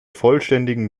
vollständigen